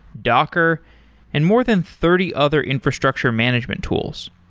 docker and more than thirty other infrastructure management tools.